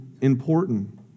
important